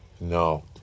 No